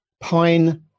Pine